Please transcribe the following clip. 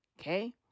Okay